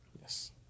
yes